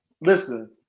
Listen